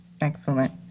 excellent